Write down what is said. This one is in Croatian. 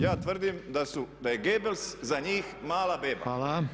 Ja tvrdim da je Goebbels za njih mala beba.